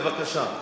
בבקשה.